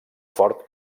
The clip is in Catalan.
fort